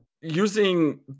using